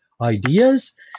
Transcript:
ideas